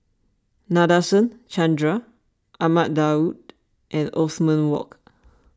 Nadasen Chandra Ahmad Daud and Othman Wok